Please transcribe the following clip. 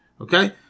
Okay